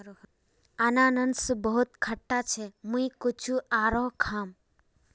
अनन्नास बहुत खट्टा छ मुई कुछू आरोह खाम